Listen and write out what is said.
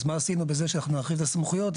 אז מה עשינו בזה שנרחיב את הסמכויות,